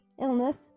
illness